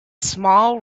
small